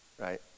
right